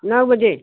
नौ बजे